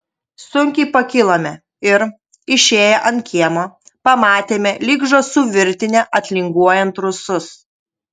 sunkiai pakilome ir išėję ant kiemo pamatėme lyg žąsų virtinę atlinguojant rusus